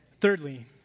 Thirdly